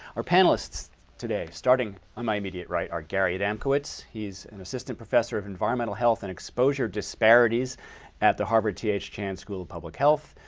our panelists today, starting on my immediate right, are gary adamkiewicz. he's an assistant professor of environmental health and exposure disparities at the harvard t h. chan school of public health.